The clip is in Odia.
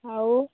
ଆଉ